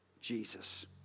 Jesus